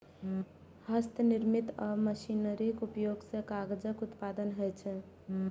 हस्तनिर्मित आ मशीनरीक उपयोग सं कागजक उत्पादन होइ छै